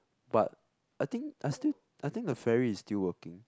but I think I still I think the ferry is still working